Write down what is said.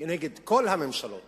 נגד כל הממשלות